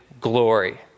glory